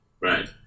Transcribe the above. right